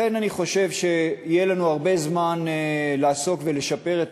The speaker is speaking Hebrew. אני חושב שיהיה לנו זמן לעסוק ולשפר את